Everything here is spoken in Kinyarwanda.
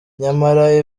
nyamara